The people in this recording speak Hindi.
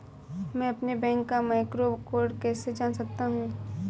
मैं अपने बैंक का मैक्रो कोड कैसे जान सकता हूँ?